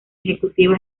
ejecutiva